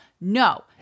No